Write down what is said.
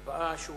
הבאה,